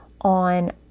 on